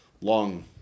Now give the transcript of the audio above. Long